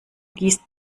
gießt